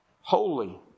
Holy